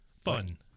Fun